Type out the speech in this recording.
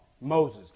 Moses